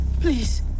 Please